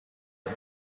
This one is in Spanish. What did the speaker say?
los